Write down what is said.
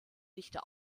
dichter